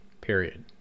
period